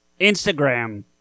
instagram